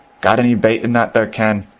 got any bait in that there can?